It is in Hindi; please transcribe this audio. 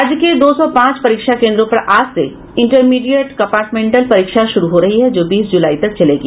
राज्य के दो सौ पांच परीक्षा केन्द्रों पर आज से इंटरमीडिएट कम्पार्टमेंटल परीक्षा शुरू हो रही है जो बीस जुलाई तक चलेगी